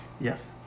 yes